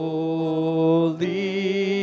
Holy